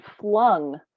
flung